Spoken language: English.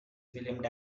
filmed